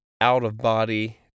out-of-body